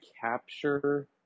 capture